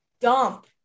dump